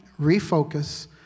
refocus